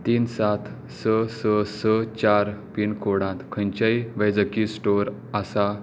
तीन सात स स स चार पिनकोडांत खंयचेय वैजकी स्टोर आसा